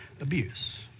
abuse